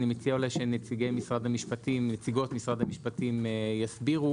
אני מציע אולי שנציגות משרד המשפטים יסבירו